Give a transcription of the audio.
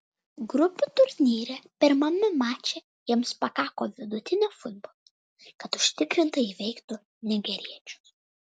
grupių turnyre pirmame mače jiems pakako vidutinio futbolo kad užtikrintai įveiktų nigeriečius